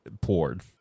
poured